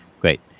Great